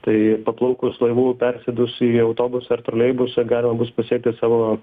tai paplaukus laivu persėdus į autobusą ar troleibusą galima bus pasiekti savo